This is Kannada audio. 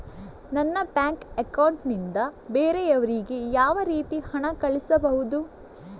ನನ್ನ ಬ್ಯಾಂಕ್ ಅಕೌಂಟ್ ನಿಂದ ಬೇರೆಯವರಿಗೆ ಯಾವ ರೀತಿ ಹಣ ಕಳಿಸಬಹುದು?